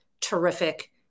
terrific